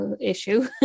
issue